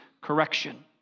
correction